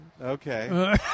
Okay